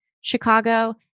Chicago